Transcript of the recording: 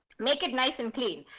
make it nice and clean.